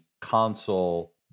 console